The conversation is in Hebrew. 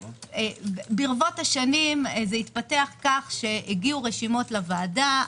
ברבות השנים זה התפתח כך שהגיעו רשימות לוועדה.